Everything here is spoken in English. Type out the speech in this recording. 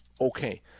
okay